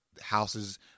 houses